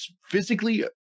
physically